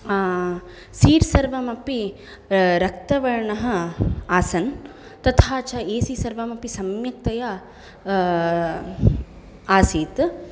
seat सर्वमपि रक्तवर्णः आसन् तथा च एसि सर्वमपि सम्यक्तया आसीत्